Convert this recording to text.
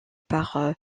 par